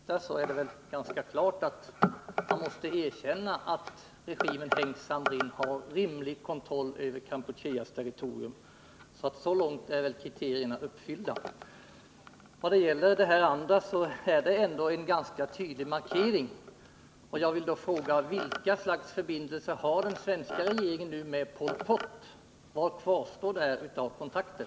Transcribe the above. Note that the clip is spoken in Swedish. Herr talman! Vad beträffar det sista är det väl ganska klart att regimen Heng Samrin har rimlig kontroll över Kampucheas territorium. Så långt är väl kriterierna uppfyllda. Vad det gäller den andra saken så är den ändå en ganska tydlig markering. Jag vill då fråga: Vilka slags förbindelser har den svenska regeringen med Pol Pot? Vilka kontakter kvarstår där?